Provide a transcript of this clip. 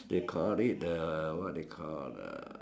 they call it the what they call uh